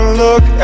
look